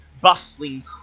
bustling